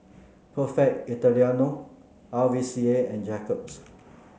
Perfect Italiano R V C A and Jacob's